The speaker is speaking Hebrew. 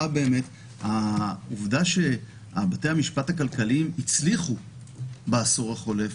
העובדה שבתי המשפט הכלכליים הצליחו בעשור החלוף,